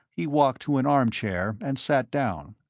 he walked to an armchair and sat down.